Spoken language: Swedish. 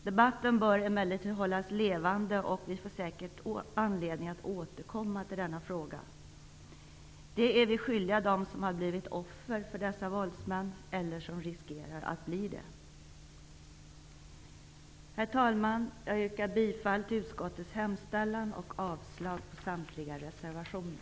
Debatten bör emellertid hållas levande, och vi får säkert anledning att återkomma till denna fråga. Det är vi skyldiga dem som har blivit offer för dessa våldsmän eller som riskerar att bli offer för dem. Herr talman! Jag yrkar bifall till utskottets hemställan och avslag på samtliga reservationer.